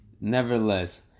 nevertheless